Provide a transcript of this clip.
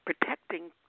protecting